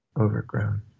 overgrown